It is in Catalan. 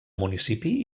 municipi